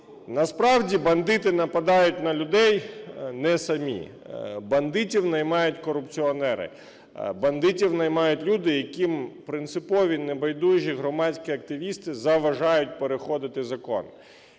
Насправді бандити нападають на людей не самі. Бандитів наймають корупціонери, бандитів наймають люди, яким принципові небайдужі громадські активісти заважають переходити закон.